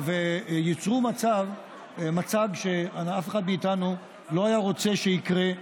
וייצרו מצג שאף אחד מאיתנו לא היה רוצה שיקרה,